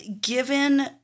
given